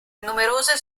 numerose